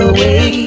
Away